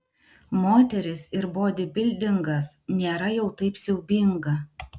moterys ir bodybildingas nėra jau taip siaubinga